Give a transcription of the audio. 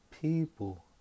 people